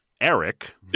Eric